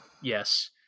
yes